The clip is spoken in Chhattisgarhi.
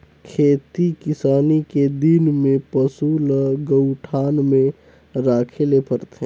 खेती किसानी के दिन में पसू ल गऊठान में राखे ले परथे